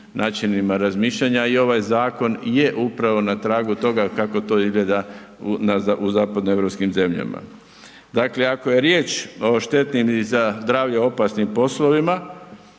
načinima razmišljanjima i ovaj zakon je upravo na tragu toga kako to izgleda u zapadnoeuropskim zemljama. Dakle, ako je riječ o štetnim i za zdravlje opasnim poslovima